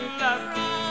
love